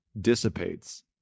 dissipates